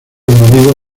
añadido